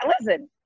listen